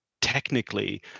technically